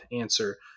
answer